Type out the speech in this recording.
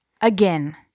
Again